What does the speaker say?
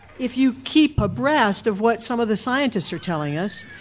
if you keep abreast of what some of the scientists are telling us,